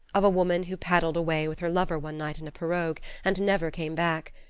of a woman who paddled away with her lover one night in a pirogue and never came back.